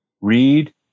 read